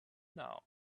now